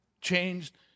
changed